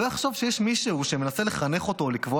לא יחשוב שיש מישהו שמנסה לחנך אותו או לקבוע